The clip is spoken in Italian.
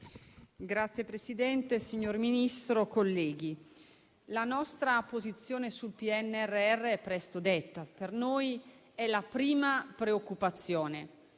Signor Presidente, signor Ministro, colleghi, la nostra posizione sul PNRR è presto detta: per noi è la prima preoccupazione.